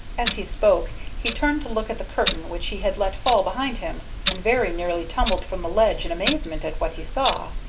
as he spoke he turned to look at the curtain which he had let fall behind him, and very nearly tumbled from the ledge in amazement at what he saw.